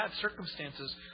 circumstances